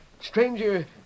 Stranger